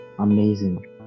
amazing